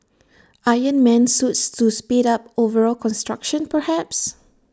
iron man suits to speed up overall construction perhaps